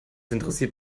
interessiert